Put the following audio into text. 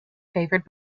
favoured